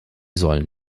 sollen